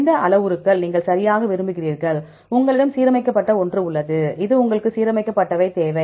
எந்த அளவுருக்கள் நீங்கள் சரியாக விரும்புகிறீர்கள் உங்களிடம் சீரமைக்கப்பட்ட ஒன்று உள்ளது உங்களுக்கு சீரமைக்கப்பட்டவை தேவை